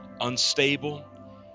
Unstable